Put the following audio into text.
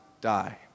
die